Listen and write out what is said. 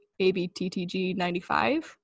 abttg95